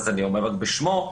אני אומר זאת בשמו.